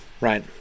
right